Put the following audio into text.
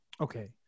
okay